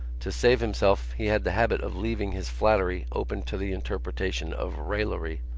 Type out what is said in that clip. to save himself he had the habit of leaving his flattery open to the interpretation of raillery.